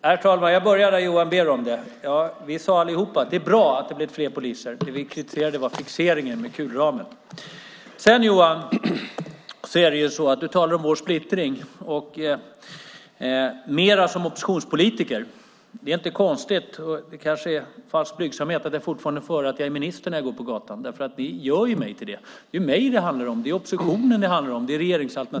Herr talman! Vi sade allihop att det är bra att det blir fler poliser. Det som vi kritiserade var fixeringen med kulramen. Johan Pehrson, du talade om vår splittring mer som oppositionspolitiker. Det är inte konstigt. Det är kanske falsk blygsamhet, men jag får fortfarande höra att jag är minister när jag går på gatan. Ni gör ju mig till det. Det är mig det handlar om. Det är oppositionen det handlar om. Det är regeringsalternativet.